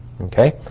Okay